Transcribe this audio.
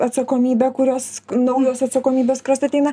atsakomybę kurios naujos atsakomybės kurios ateina